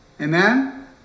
Amen